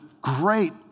great